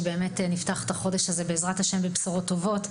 אני מקווה שנפתח את החודש הזה בבשורות טובות,